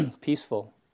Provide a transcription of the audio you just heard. peaceful